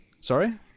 Sorry